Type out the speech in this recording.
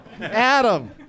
Adam